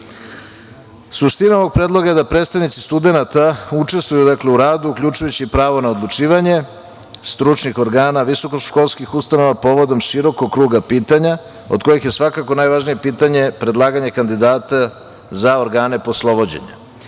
tome. Suština ovog predloga je da predstavnici studenata učestvuju u radu uključujući pravo na odlučivanje stručnih organa visokoškolskih ustanova povodom širokog kruga pitanja od kojih je svakako najvažnije pitanje predlaganje kandidata za organe poslovođenja.